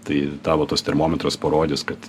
tai tavo tas termometras parodys kad